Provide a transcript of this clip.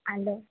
hello